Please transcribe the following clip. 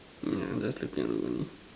yeah that's the thing